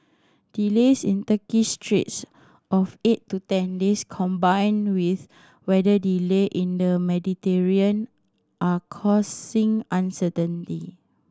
delays in Turkish straits of eight to ten days combined with weather delay in the Mediterranean are causing uncertainty